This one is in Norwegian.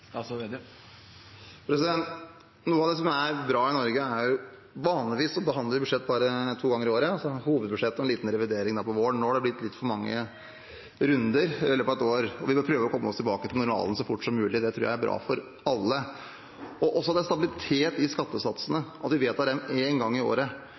Noe av det som er bra med Norge, er at vi vanligvis behandler budsjett bare to ganger i året – hovedbudsjettet og så en liten revidering om våren. Nå har det blitt litt for mange runder i løpet av året, og vi må prøve å komme oss tilbake til normalen så fort som mulig. Det tror jeg er bra for alle. Noe som også er bra, er at det er stabilitet i skattesatsene, at vi vedtar dem én gang i året.